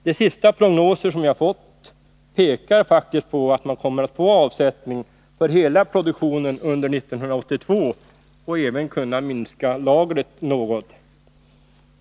De senaste prognoser som jag fått pekar faktiskt på att man kommer att få avsättning för hela produktionen under 1982 och även kunna minska lagret något.